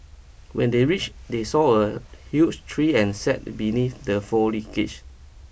when they reach they saw a huge tree and sat beneath the